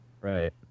Right